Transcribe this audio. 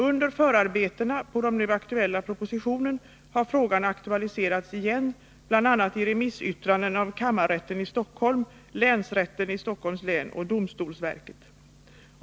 Under förarbetena på den nu aktuella propositionen har frågan aktualiserats igen, bl.a. i remissyttranden av kammarrätten i Stockholm, länsrätten i Stockholms län och domstolsverket.